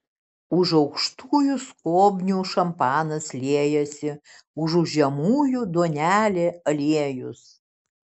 už aukštųjų skobnių šampanas liejasi užu žemųjų duonelė aliejus